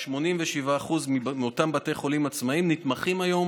87% מאותם בתי חולים עצמאיים נתמכים היום